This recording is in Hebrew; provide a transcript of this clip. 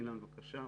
אילן, בבקשה.